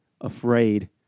afraid